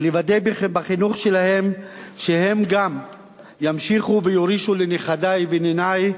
ולוודא בחינוך שלהם שהם גם ימשיכו ויורישו לנכדי וניני.